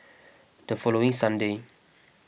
the following Sunday